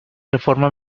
reforma